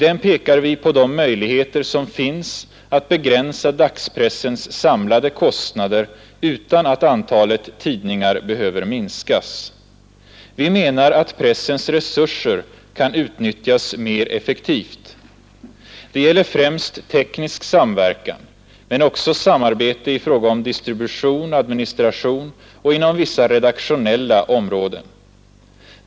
I den pekar vi på de möjligheter som finns att begränsa dagspressens samlade kostnader utan att antalet tidningar behöver minskas. Vi menar att pressens resurser kan utnyttjas mer effektivt. Det gäller främst teknisk samverkan, men också samarbete i fråga om distribution, administration och inom vissa redaktionella områden.